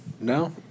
No